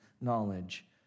knowledge